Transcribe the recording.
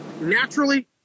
naturally